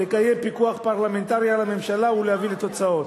לקיים פיקוח פרלמנטרי על הממשלה ולהביא לתוצאות.